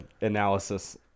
analysis